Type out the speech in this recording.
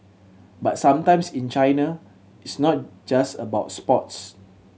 but sometimes in China it's not just about sports